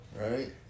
Right